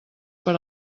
per